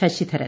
Sasidharan